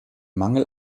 mangel